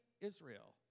Israel